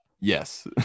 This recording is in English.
Yes